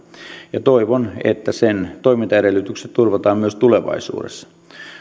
toivon että sen toimintaedellytykset turvataan myös tulevaisuudessa